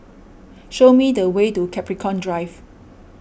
show me the way to Capricorn Drive